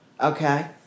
okay